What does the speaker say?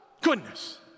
Goodness